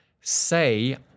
Say